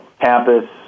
campus